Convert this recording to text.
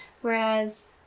Whereas